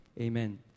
Amen